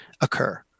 occur